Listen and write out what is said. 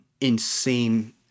insane